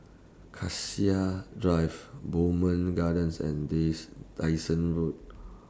Cassia Drive Bowmont Gardens and Days Dyson Road